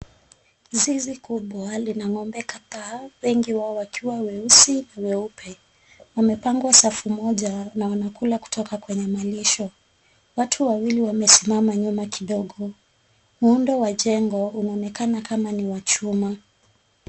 Zizi kubwa lina ng'ombe kadhaa wengi wao wakiwa weusi na weupe wamepangwa safu moja na wanakula kutoka kwenye malisho. Watu wawili wamesimama kando kidogo muundo wa jengo unaonekana kama ni wa chuma.